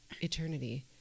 eternity